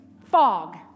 Fog